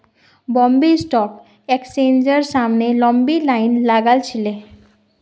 Bombay stock एक्सचेंजेर सामने लंबी लाइन लागिल छिले